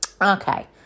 okay